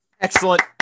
Excellent